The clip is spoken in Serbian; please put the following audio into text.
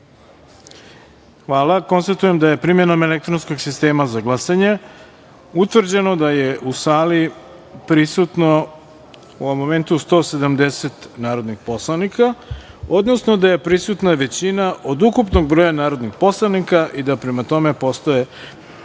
jedinice. Konstatujem da je primenom elektronskog sistema za glasanje utvrđeno da je u sali prisutno 170 narodnih poslanika, odnosno da je prisutna većina od ukupnog broja narodnih poslanika i da, prema tome, postoje